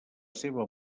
seva